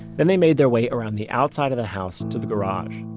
then then made their way around the outside of the house to the garage.